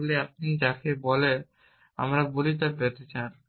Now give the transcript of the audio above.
তাহলে আপনি যাকে আমরা বলি তা পেতে চান